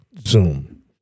Zoom